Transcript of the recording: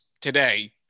today